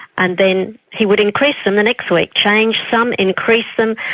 and then he would increase them the next week, change some, increase them,